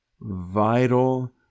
vital